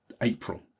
April